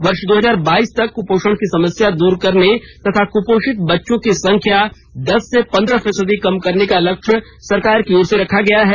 वर्ष दो हजार बाईस तक कुपोषण की समस्या दूर करने तथा कुपोषित बच्चों की संख्या दस से पंद्रह फीसदी कम करने का लक्ष्य सरकार की ओर से रखा गया है